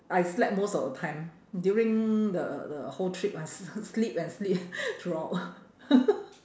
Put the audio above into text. I slept most of the time during the the whole trip I s~ sleep and sleep throughout